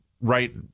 right